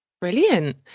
Brilliant